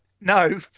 no